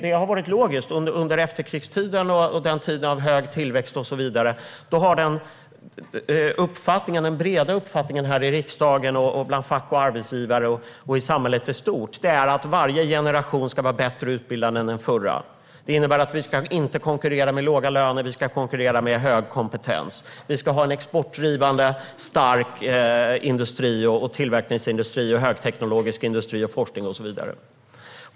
Det har varit logiskt under efterkrigstiden och en tid av hög tillväxt att den breda uppfattningen i riksdagen och hos fack, arbetsgivare och samhället i stort har varit att varje generation ska vara bättre utbildad än den förra, vilket innebär att vi inte ska konkurrera med låga löner utan med hög kompetens. Vi ska ha en exportdrivande, stark industri och tillverkningsindustri, högteknologisk industri, forskning och så vidare.